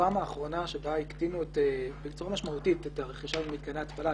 בפעם האחרונה שבה הקטינו בצורה משמעותית את הרכישה במתקני התפלה,